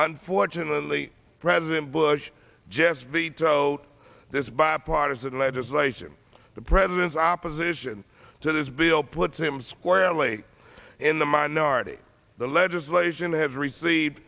unfortunately president bush just veto this bipartisan legislation the president's opposition to this bill puts him squarely in the minority the legislation have received